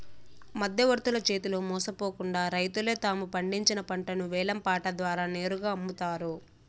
మధ్యవర్తుల చేతిలో మోసపోకుండా రైతులే తాము పండించిన పంటను వేలం పాట ద్వారా నేరుగా అమ్ముతారు